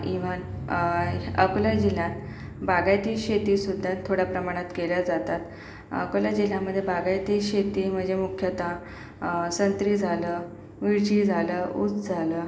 even ह्य अकोल्या जिल्ह्यात बागायती शेतीसुद्धा थोड्या प्रमाणात केल्या जातात अकोल्या जिल्ह्यामध्ये बागायती शेती मजे मुख्यत संत्री झालं मिरची झालं ऊस झालं